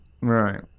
Right